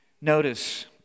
notice